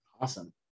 Awesome